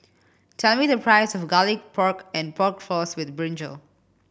tell me the price of Garlic Pork and Pork Floss with brinjal